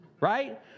right